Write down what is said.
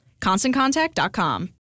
ConstantContact.com